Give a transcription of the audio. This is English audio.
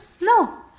No